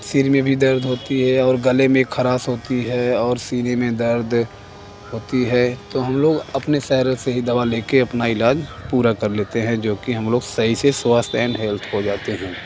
सिर में भी दर्द होता है और गले में ख़रास होता है और सीने में दर्द होता है तो हम लोग अपने सर से ही दवा ले के अपना इलाज पूरा कर लेते हैं जो कि हम लोग सही से स्वस्थ एन हेल्थ हो जाते हैं